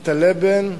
הלבן,